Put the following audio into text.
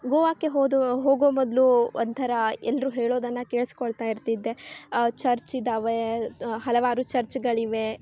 ಗೋವಾಕ್ಕೆ ಹೋದೋ ಹೋಗೋ ಮೊದಲೂ ಒಂಥರ ಎಲ್ಲರೂ ಹೇಳೋದನ್ನು ಕೇಳಿಸ್ಕೊಳ್ತಾ ಇರ್ತಿದ್ದೆ ಚರ್ಚ್ ಇದ್ದಾವೆ ಹಲವಾರು ಚರ್ಚ್ಗಳಿವೆ